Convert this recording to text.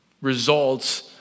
results